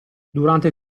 durante